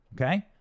Okay